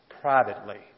Privately